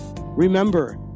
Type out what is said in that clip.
Remember